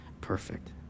perfect